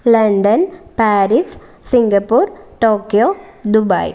London Paris Singapore Tokyo Dubai